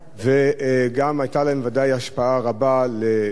וגם היתה להם ודאי השפעה רבה למשך,